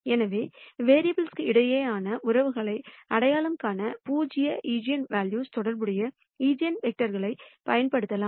எனவே வேரியபிள் இடையேயான உறவுகளை அடையாளம் காண பூஜ்ஜிய ஈஜென்வெல்யூவுடன் தொடர்புடைய ஈஜென்வெக்டர்களைப் பயன்படுத்தலாம்